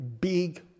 big